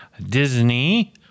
Disney